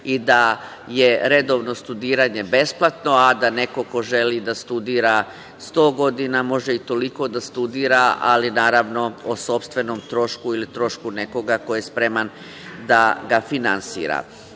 i da je redovno studiranje besplatno, a da neko ko želi da studira 100 godina može i toliko da studira, ali naravno o sopstvenom trošku ili trošku nekoga ko je spreman da ga finansira. Ono